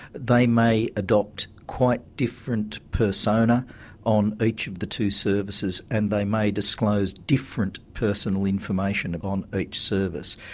they may adopt quite different personae on each of the two services, and they may disclose different personal information on each service.